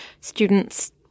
students